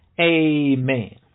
Amen